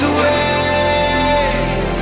ways